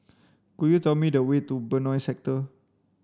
could you tell me the way to Benoi Sector